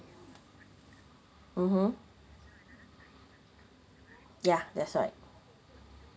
mmhmm ya that's right